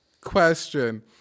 question